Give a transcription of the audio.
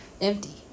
Empty